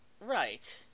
Right